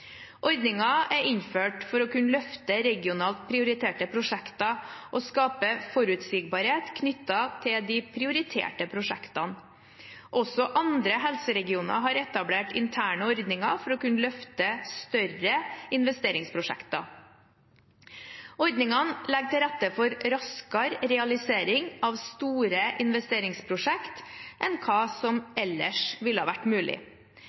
er innført for å kunne løfte regionalt prioriterte prosjekter og skape forutsigbarhet knyttet til de prioriterte prosjektene. Også andre helseregioner har etablert interne ordninger for å kunne løfte større investeringsprosjekter. Ordningene legger til rette for raskere realisering av store investeringsprosjekt enn hva som ellers ville vært mulig.